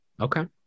Okay